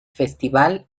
festival